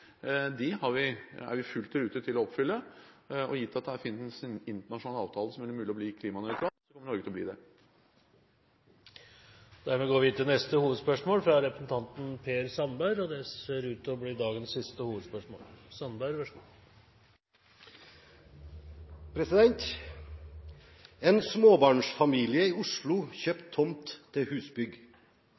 de store visjonene om 10 pst., 30. pst. og 100 pst. er vi fullt i rute til å oppfylle. Og gitt at det finnes internasjonale avtaler som gjør det mulig å bli klimanøytral, kommer Norge til å bli det. Vi går da til dagens siste hovedspørsmål. En småbarnsfamilie i Oslo kjøpte tomt til